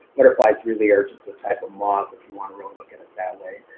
butterflies really are just a type of moth, if you want to really look at it that way.